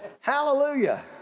Hallelujah